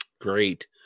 Great